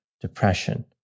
depression